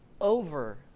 over